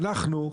אנחנו,